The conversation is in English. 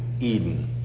Eden